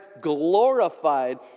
glorified